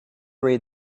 read